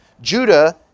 Judah